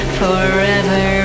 forever